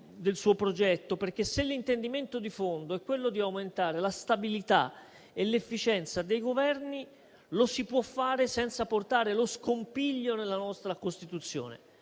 del suo progetto. Se, infatti, l'intendimento di fondo è aumentare la stabilità e l'efficienza dei Governi, lo si può fare senza portare lo scompiglio nella nostra Costituzione.